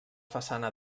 façana